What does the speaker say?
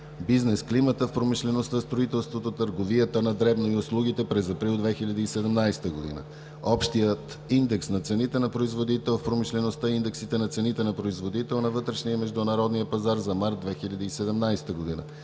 бизнес климата в промишлеността, строителството, търговията на дребно и услугите през месец април 2017 г., общият индекс на цените на производител в промишлеността и индексите на цените на производител на вътрешния и на международния пазар за март 2017 г.